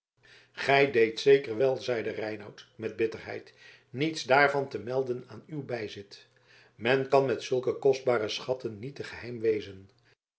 gij deedt zeker wel zeide reinout met bitterheid niets daarvan te melden aan uw bijzit men kan met zulke kostbare schatten niet te geheim wezen